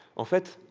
of myths,